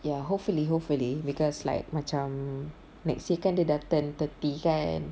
ya hopefully hopefully because like macam next year kan dia dah turn thirty kan